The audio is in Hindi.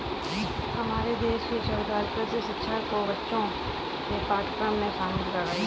हमारे देश की सरकार कृषि शिक्षा को बच्चों के पाठ्यक्रम में शामिल कर रही है